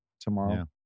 tomorrow